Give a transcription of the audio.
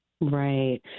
Right